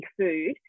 food